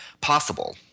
possible